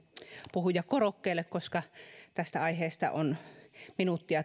puhujakorokkeelle koska tästä aiheesta on minuuttia